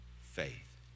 faith